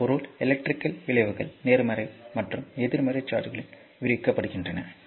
இதன் பொருள் எலக்ட்ரிகல் விளைவுகள் நேர்மறை மற்றும் எதிர்மறை சார்ஜ்களின் விவரிக்கப்படுகின்றன